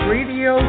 Radio